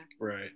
right